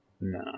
nah